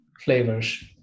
flavors